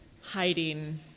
Hiding